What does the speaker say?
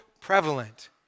prevalent